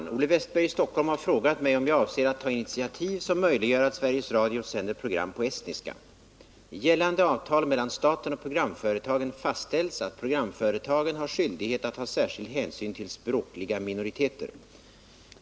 Herr talman! Olle Wästberg i Stockholm har frågat mig om jag avser att ta initiativ som möjliggör att Sveriges Radio sänder program på estniska. I gällande avtal mellan staten och programföretagen fastställs att programföretagen har skyldighet att ta särskild hänsyn till språkliga minoriteter.